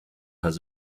has